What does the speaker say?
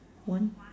one